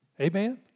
Amen